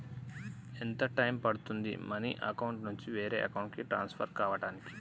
ఎంత టైం పడుతుంది money account నుంచి వేరే అకౌంట్ కి ట్రాన్స్ఫర్ కావటానికి?